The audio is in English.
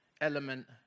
element